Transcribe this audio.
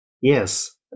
Yes